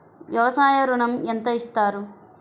వ్యవసాయ ఋణం ఎంత ఇస్తారు?